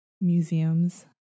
museums